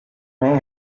may